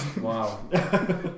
Wow